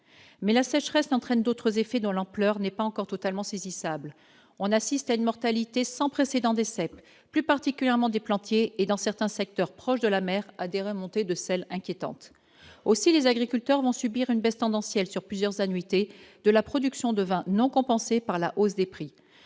mais la sécheresse n'entraîne d'autres effets dont l'ampleur n'est pas encore totalement saisissable, on assiste à une mortalité sans précédent des 7 plus particulièrement des Plantier et dans certains secteurs proches de la mer à des remontées de sel inquiétante aussi, les agriculteurs vont subir une baisse tendancielle sur plusieurs annuité de la production de vin non compensée par la hausse des prix,